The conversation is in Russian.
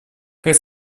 как